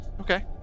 Okay